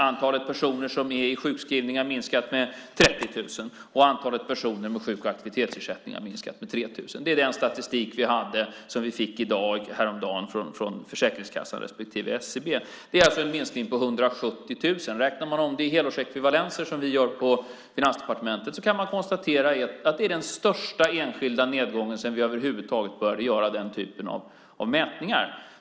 Antalet personer som är i sjukskrivningar har minskat med 30 000 och antalet personer med sjuk och aktivitetsersättning har minskat med 3 000. Det är den statistik som vi fick häromdagen från Försäkringskassan respektive SCB. Det är alltså en minskning med 170 000. Räknar man om det i helårsekvivalenser, som vi gör på Finansdepartementet, kan man konstatera att det är den största enskilda nedgången sedan vi över huvud taget började göra den typen av mätningar.